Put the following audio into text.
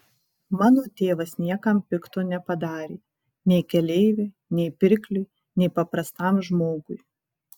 mano tėvas niekam pikto nepadarė nei keleiviui nei pirkliui nei paprastam žmogui